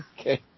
Okay